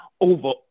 over